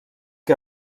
que